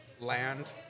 land